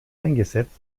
eingesetzt